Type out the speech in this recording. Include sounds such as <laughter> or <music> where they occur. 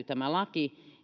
<unintelligible> tämä laki